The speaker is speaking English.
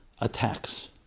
attacks